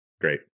Great